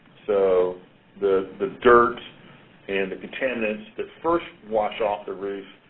so the the dirt and the contaminants that first wash off the roof